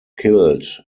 killed